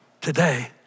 today